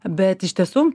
bet iš tiesų